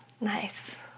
Nice